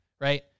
right